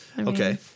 okay